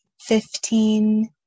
fifteen